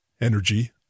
energy